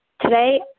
today